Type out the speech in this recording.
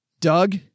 Doug